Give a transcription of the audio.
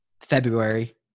February